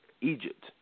Egypt